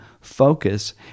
focus